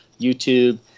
YouTube